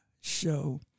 show